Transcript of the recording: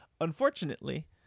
Unfortunately